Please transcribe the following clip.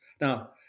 Now